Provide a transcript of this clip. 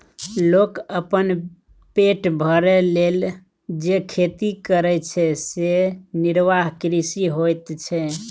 लोक अपन पेट भरय लेल जे खेती करय छै सेएह निर्वाह कृषि होइत छै